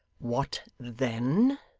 what then